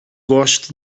gosto